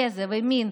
גזע ומין,